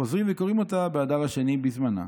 חוזרים וקוראים אותה באדר השני בזמנה.